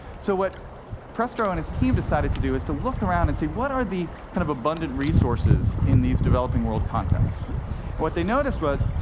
so what prestero and his team decided to do was to look around and see what are the kind of abundant resources in these developing world contexts? and what they noticed was,